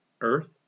Earth